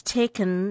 taken